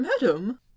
madam